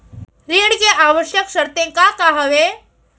ऋण के आवश्यक शर्तें का का हवे?